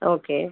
okay